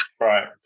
Right